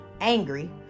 angry